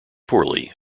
poorly